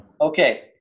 Okay